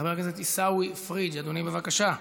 חבר הכנסת עיסאווי פריג', אדוני, בבקשה.